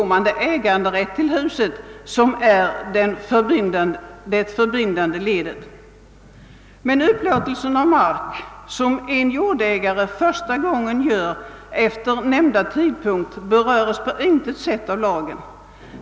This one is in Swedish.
Men upplåtelse av mark, som en jordägare första gången gör efter nämnda tidpunkt, beröres på intet sätt av lagen.